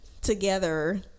Together